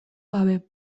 gabe